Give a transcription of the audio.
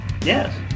Yes